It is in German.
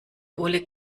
oleg